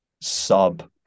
sub